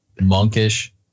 Monkish